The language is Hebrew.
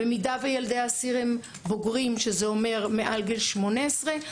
במידה וילדי האסיר הם בוגרים מעל גיל 18,